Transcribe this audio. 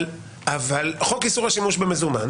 אבל חוק איסור השימוש במזומן